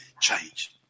change